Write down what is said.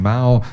Mao